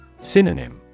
Synonym